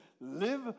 live